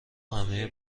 همه